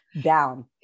Down